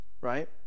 right